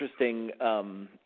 interesting